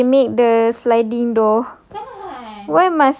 why can't they make the sliding door